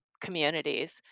communities